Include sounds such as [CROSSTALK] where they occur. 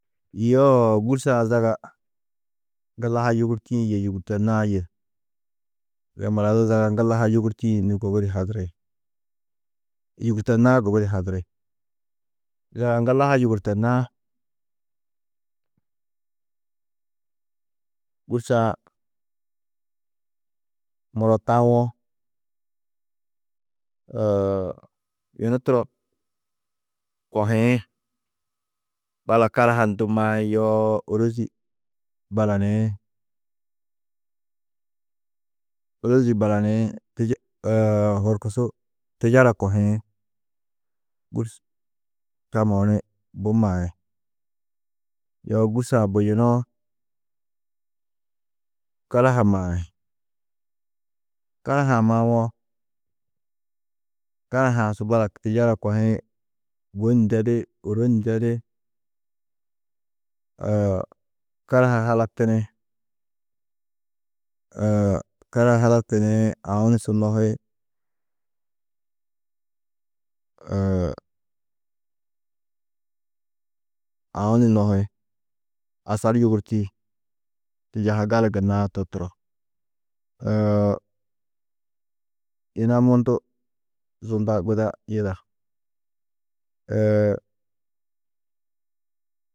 Yoo gûrso-ã zaga ŋgullaha yûgurtĩ yê yûgurtonãá yê, yo mura du zaga ŋgullaha yûgurtĩ nû gubudi hadiri, yûgurtonãá gubudi hadiri: Zaga ŋgullaha yûgurtonãá, gûrso-ã muro tawo, [HESITATION] yunu turo kohiĩ, balak karaha ni du maĩ, yoo ôrozi, baraniĩ, ôrozi baraniĩ, tîje [HESITATION] horkusu tîjara kohiĩ, gûrs čamuũ ni bui maĩ, yoo gûrso-ã buyunoo, karaha mai, karaha-ã mawo, karaha-ã su balak tîyara kohiĩ, wô ni ndedi, ôro ni ndedi, [HESITATION] karaha-ã halaktini, [HESITATION] karaha halaktunu ni aũ ni su nohi, [HESITATION] aũ ni nohi, asar yûgurti, tîjaha gali gunnãá to turo. [HESITATION] yina mundu zunda guda yida. [HESITATION]